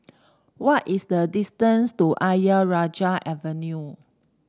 what is the distance to Ayer Rajah Avenue